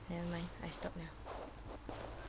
nevermind I stopped liao